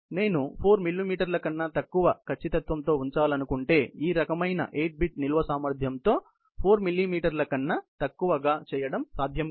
నేను 4 మిల్లీమీటర్ల కన్నా తక్కువ ఖచ్చితత్వంతో ఉంచాలనుకుంటే ఈ రకమైన 8 బిట్స్ నిల్వ సామర్థ్యంతో 4 మిల్లీమీటర్ల కన్నా తక్కువగా ఆలా చేయడం సాధ్యం కాదు